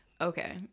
Okay